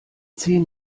zehn